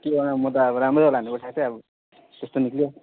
के होला म त अब राम्रै होला भनेर उठाएको थियो अब त्यस्तो निस्कियो